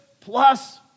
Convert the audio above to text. plus